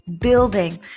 building